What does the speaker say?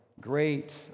great